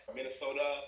Minnesota